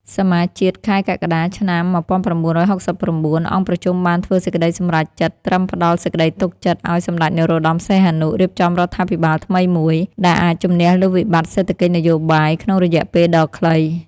សមាជជាតិខែកក្កដា ឆ្នាំ ១៩៦៩ អង្គប្រជុំបានធ្វើសេចក្តីសម្រេចចិត្តត្រឹមផ្ដល់សេចក្ដីទុកចិត្តឱ្យសម្ដេចនរោត្តម សីហនុ រៀបចំរដ្ឋាភិបាលថ្មីមួយដែលអាចជំនះលើវិបត្តិសេដ្ឋកិច្ចនយោបាយក្នុងរយៈពេលដ៏ខ្លី។